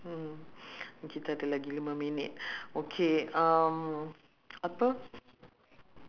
ah expensive ya very expensive so but uh it's not fair then people would uh